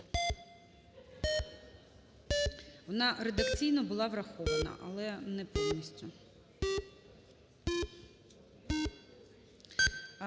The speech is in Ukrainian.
Вона редакційно була врахована, але не повністю.